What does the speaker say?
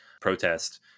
protest